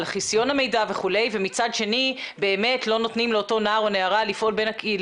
על חיסיון המידע וכו' ומצד שני באמת לא נותנים לאותו נער או נערה ליפול